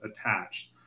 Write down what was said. attached